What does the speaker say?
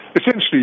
essentially